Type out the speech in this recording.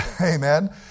Amen